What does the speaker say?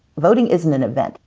voting isn't an event.